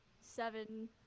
seven